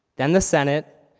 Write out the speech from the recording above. then the senate,